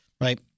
Right